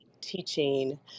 teaching